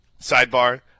Sidebar